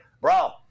bro